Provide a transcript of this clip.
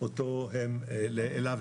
אולמות תרבות,